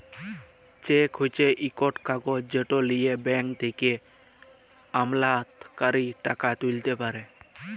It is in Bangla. চ্যাক হছে ইকট কাগজ যেট লিঁয়ে ব্যাংক থ্যাকে আমলাতকারী টাকা তুইলতে পারে